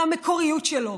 על המקוריות שלו,